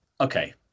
Okay